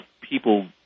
people